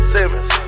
Simmons